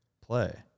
play